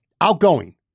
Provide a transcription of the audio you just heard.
outgoing